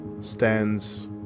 Stands